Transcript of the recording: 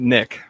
Nick